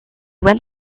went